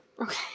Okay